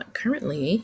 currently